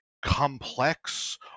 Complex